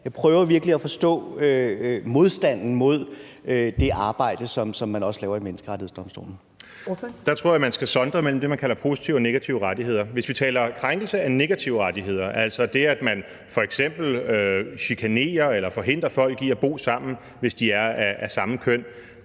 Kl. 13:38 Første næstformand (Karen Ellemann): Ordføreren. Kl. 13:38 Morten Messerschmidt (DF): Der tror jeg, man skal sondre mellem det, der kaldes positive og negative rettigheder. Hvis vi taler krænkelse af negative rettigheder, altså det, at man f.eks. chikanerer eller forhindrer folk i at bo sammen, hvis de er af samme køn,